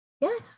yes